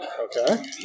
okay